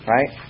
Right